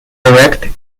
erect